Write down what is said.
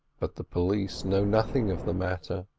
but the police know nothing of the matter,